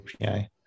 API